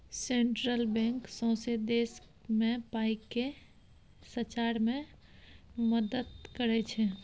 central bank सौंसे देश मे पाइ केँ सचार मे मदत करय छै